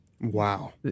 Wow